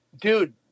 dude